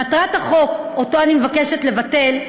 מטרת החוק שאני מבקשת לבטל,